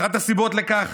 אחת הסיבות לכך